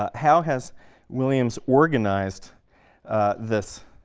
um how has williams organized this